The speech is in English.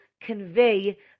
convey